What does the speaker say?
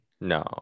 no